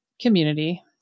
community